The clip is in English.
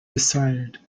desired